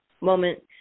Moment